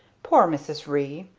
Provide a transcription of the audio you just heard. poor mrs. ree!